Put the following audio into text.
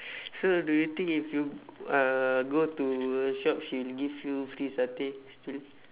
so do you think if you uh go to her shop she will give you free satay still